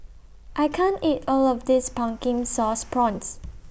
I can't eat All of This Pumpkin Sauce Prawns